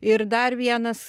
ir dar vienas